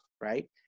right